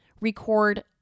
record